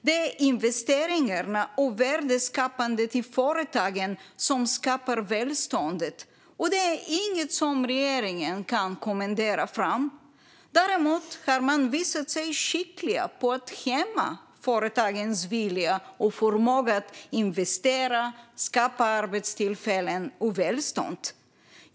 Det är investeringarna och värdeskapandet i företagen som skapar välståndet. Det är inget som regeringen kan kommendera fram. Däremot har man visat sig skicklig på att hämma företagens vilja och förmåga att investera och skapa arbetstillfällen och välstånd.